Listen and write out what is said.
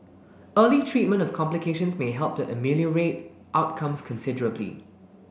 early treatment of complications may help to ameliorate outcomes considerably